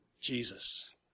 Jesus